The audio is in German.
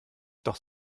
doch